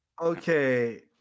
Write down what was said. Okay